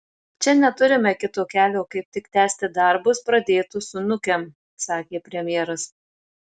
čia neturime kito kelio kaip tik tęsti darbus pradėtus su nukem sakė premjeras